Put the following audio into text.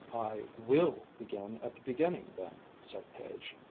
i will begin at the beginning, then, said page.